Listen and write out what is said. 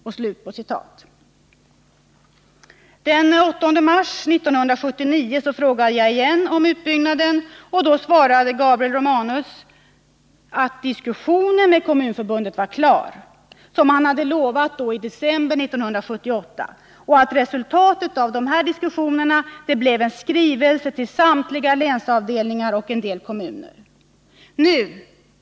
Den 8 mars 1979 ställde jag återigen en fråga om utbyggnaden. Gabriel Romanus svarade då att diskussionerna med Kommunförbundet var slutförda, som han hade lovat i december 1978, och att dessa diskussioner resulterade i en skrivelse till samtliga länsavdelningar och en del kommuner.